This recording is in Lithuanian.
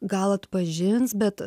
gal atpažins bet